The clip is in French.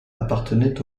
appartenait